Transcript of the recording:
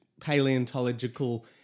paleontological